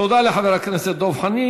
תודה לחבר הכנסת דב חנין.